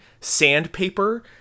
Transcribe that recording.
sandpaper